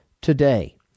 today